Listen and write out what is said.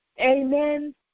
Amen